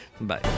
Bye